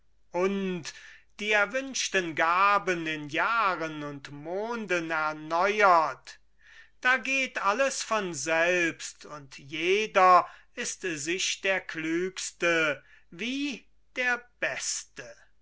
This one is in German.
die erwünschten gaben in jahren und monden erneuert da geht alles von selbst und jeder ist sich der klügste wie der beste